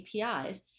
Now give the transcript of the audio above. APIs